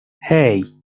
hey